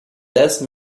death